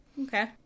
Okay